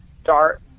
start